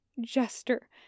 Jester